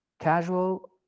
casual